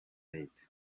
reta